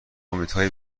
امیدهای